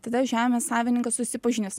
tada žemės savininkas susipažinęs